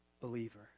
believer